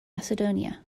macedonia